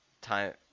time